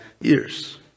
years